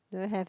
don't have